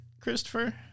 christopher